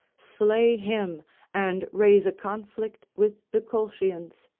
slay him and raise a conflict with the colchians,